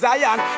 Zion